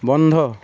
বন্ধ